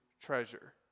treasure